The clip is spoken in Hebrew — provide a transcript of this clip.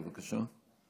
בבקשה.